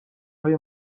های